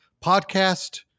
podcast